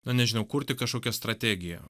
na nežinau kurti kažkokią strategiją